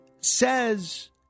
says